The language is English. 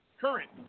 current